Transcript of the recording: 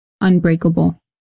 unbreakable